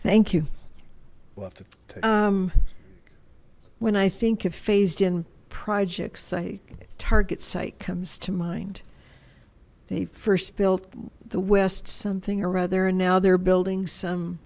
thank you well when i think a phased in projects like target site comes to mind the first built the west something or other and now they're building some